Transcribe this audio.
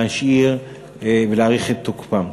להשאיר ולהאריך את תוקפם.